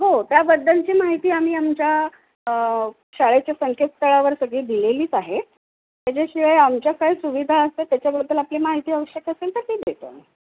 हो त्याबद्दलची माहिती आम्ही आमच्या शाळेच्या संकेतथळावर सगळी दिलेलीच आहे त्याच्याशिवाय आमच्या काय सुविधा असतात त्याच्याबद्दल आपली माहिती आवश्यक असेल तर ते देतो आम्ही